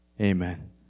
Amen